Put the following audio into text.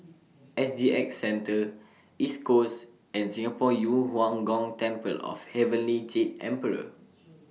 S G X Centre East Coast and Singapore Yu Huang Gong Temple of Heavenly Jade Emperor